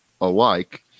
alike